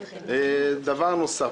דבר נוסף.